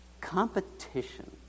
Competition